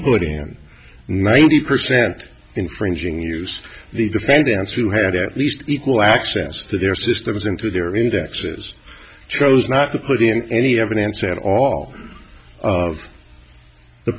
put in ninety percent infringing use the defendants who had at least equal access to their systems into their indexes chose not to put in any evidence at all of the